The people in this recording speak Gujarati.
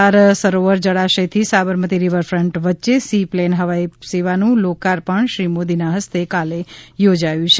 સરદાર સરોવર જળાશયથી સાબરમતી રિવરફન્ટ વચ્ચે સી પ્લેન હવાઈ સેવાનું લોકાર્પણ શ્રી મોદીના હસ્તે કાલે યોજાયું છે